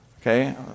Okay